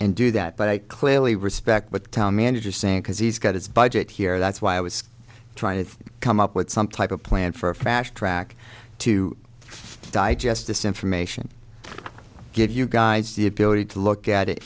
and do that but i clearly respect what the town manager saying because he's got his budget here that's why i was trying to come up with some type of plan for a fast track to digest this information give you guys the ability to look at it